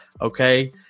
okay